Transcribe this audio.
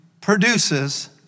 produces